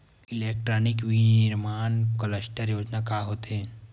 Electronic विनीर्माण cluster योजना का होथे?